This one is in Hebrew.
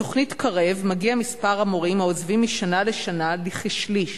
בתוכנית "קרב" מגיע מספר המורים העוזבים משנה לשנה לכשליש,